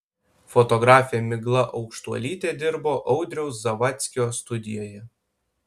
fotografė migla aukštuolytė dirbo audriaus zavadskio studijoje